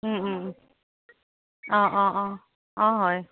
অঁ অঁ অঁ অঁ হয়